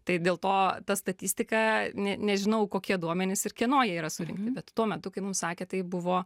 tai dėl to ta statistika ne nežinau kokie duomenys ir kieno jie yra surinkti bet tuo metu kai mums sakė tai buvo